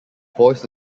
voice